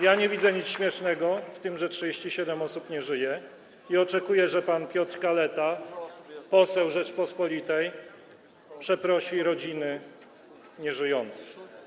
Ja nie widzę nic śmiesznego w tym, że 37 osób nie żyje, i oczekuję, że pan Piotr Kaleta, poseł Rzeczypospolitej, przeprosi rodziny nieżyjących.